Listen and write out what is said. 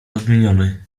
odmieniony